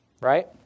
right